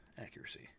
accuracy